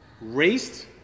raced